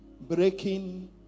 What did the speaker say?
breaking